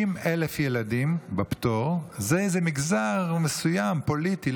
60,000 ילדים בפטור זה איזה מגזר מסוים, פוליטי.